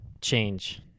change